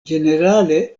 ĝenerale